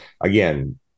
again